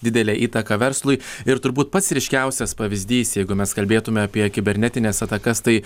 didelę įtaką verslui ir turbūt pats ryškiausias pavyzdys jeigu mes kalbėtume apie kibernetines atakas tai